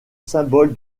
symbole